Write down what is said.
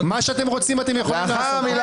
מה שאתם רוצים אתם יכולים לנמק.